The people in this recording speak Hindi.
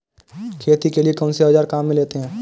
खेती के लिए कौनसे औज़ार काम में लेते हैं?